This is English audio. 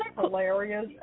hilarious